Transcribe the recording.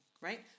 right